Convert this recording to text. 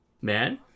Man